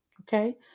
okay